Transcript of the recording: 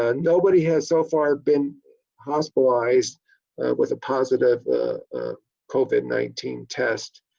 ah nobody has so far been hospitalized with a positive covid nineteen test.